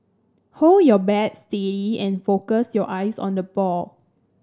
hold your bat steady and focus your eyes on the ball